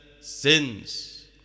sins